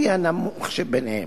לפי הנמוך מביניהם.